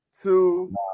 two